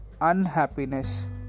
unhappiness